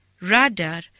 Radar